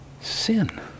Sin